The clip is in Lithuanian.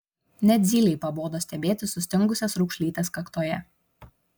net zylei pabodo stebėti sustingusias raukšlytes kaktoje